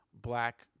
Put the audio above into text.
black